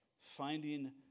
finding